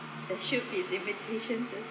there should be limitations